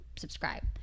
subscribe